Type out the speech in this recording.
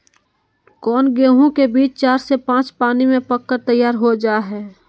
कौन गेंहू के बीज चार से पाँच पानी में पक कर तैयार हो जा हाय?